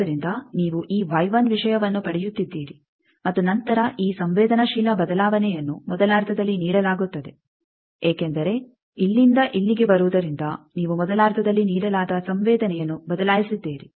ಆದ್ದರಿಂದ ನೀವು ಈ ವಿಷಯವನ್ನು ಪಡೆಯುತ್ತಿದ್ದೀರಿ ಮತ್ತು ನಂತರ ಈ ಸಂವೇದನಾಶೀಲ ಬದಲಾವಣೆಯನ್ನು ಮೊದಲಾರ್ಧದಲ್ಲಿ ನೀಡಲಾಗುತ್ತದೆ ಏಕೆಂದರೆ ಇಲ್ಲಿಂದ ಇಲ್ಲಿಗೆ ಬರುವುದರಿಂದ ನೀವು ಮೊದಲಾರ್ಧದಲ್ಲಿ ನೀಡಲಾದ ಸಂವೇದನೆಯನ್ನು ಬದಲಾಯಿಸಿದ್ದೀರಿ